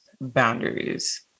boundaries